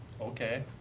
okay